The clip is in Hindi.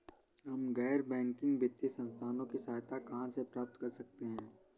हम गैर बैंकिंग वित्तीय संस्थानों की सहायता कहाँ से प्राप्त कर सकते हैं?